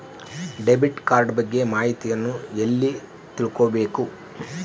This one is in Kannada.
ಡೆಬಿಟ್ ಕಾರ್ಡ್ ಬಗ್ಗೆ ಮಾಹಿತಿಯನ್ನ ಎಲ್ಲಿ ತಿಳ್ಕೊಬೇಕು?